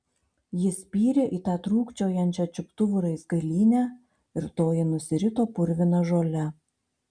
ji spyrė į tą trūkčiojančią čiuptuvų raizgalynę ir toji nusirito purvina žole